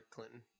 Clinton